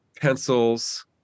pencils